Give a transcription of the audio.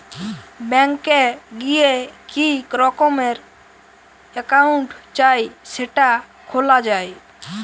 bank এ গিয়ে কি রকমের একাউন্ট চাই সেটা খোলা যায়